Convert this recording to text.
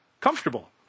comfortable